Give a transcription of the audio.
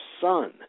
son